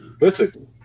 listen